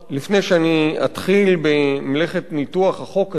לפני שאני אתחיל במלאכת ניתוח החוק הזה,